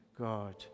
God